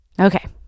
Okay